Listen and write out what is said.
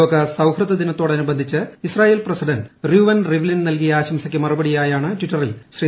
ലോക സൌഹൃദ ദിനത്തോട് അനുബന്ധിച്ച് ഇസ്രായേൽ പ്രസിഡന്റ് റ്യൂവൻ റിവ്ലിൻ നൽകിയ ആശംസയ്ക്ക് മറുപടിയായി ട്വിറ്ററിലാണ് ശ്രീ